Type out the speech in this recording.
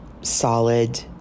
solid